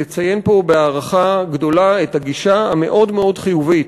לציין פה בהערכה גדולה את הגישה המאוד-מאוד חיובית